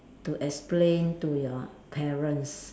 to explain to your parents